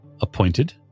appointed